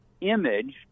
image